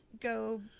go